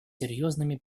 серьезными